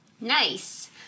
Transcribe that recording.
Nice